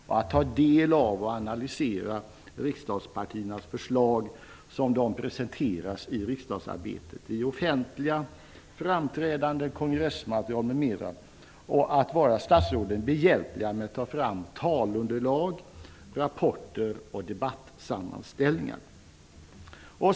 De skall ta del av och analysera riksdagspartiernas förslag, som de presenteras i riksdagsarbetet, offentliga framträdanden, kongressmaterial, m.m., och de skall vara statsråden behjälpliga med att ta fram underlag för tal, rapporter och debattsammanställningar.